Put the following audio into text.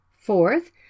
Fourth